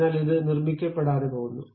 അതിനാൽ ഇത് നിർമ്മിക്കപ്പെടാതെ പോകുന്നു